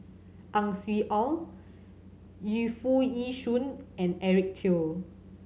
Ang Swee Aun Yu Foo Yee Shoon and Eric Teo